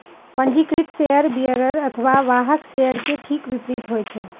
पंजीकृत share bearer अथवा वाहक शेयर के ठीक विपरीत होइ छै